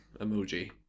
emoji